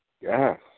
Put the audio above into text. yes